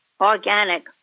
organic